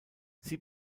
sie